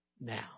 now